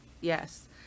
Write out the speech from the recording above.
Yes